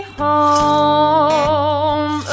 home